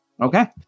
Okay